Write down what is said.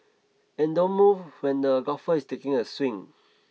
and don't move when the golfer is taking a swing